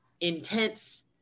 intense